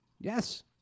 Yes